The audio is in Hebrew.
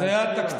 להזכיר לך.